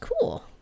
cool